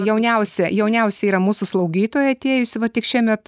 jauniausia jauniausia yra mūsų slaugytoja atėjusi va tik šiemet